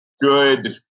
good